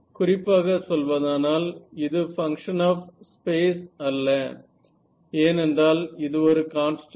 குறிப்பாக சொல்வதானால் இது பங்க்ஷன் ஆப் ஸ்பேஸ் அல்ல ஏனென்றால் இது ஒரு கான்ஸ்டன்ட்